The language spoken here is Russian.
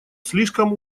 слишком